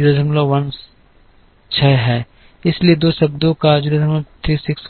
016 है इसलिए दो शब्दों का 036 के वजन में योगदान है